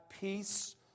peace